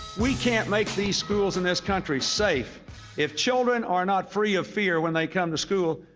we can't make these schools in this country safe if children are not free of fear when they come to school,